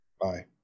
Bye